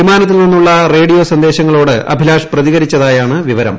വിമാനത്തിൽ നിന്നുള്ള റേഡിയോ സന്ദേശങ്ങളോട് അഭിലാഷ് പ്രതികരിച്ചതായാണ് വിവരം